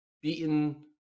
beaten –